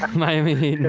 miami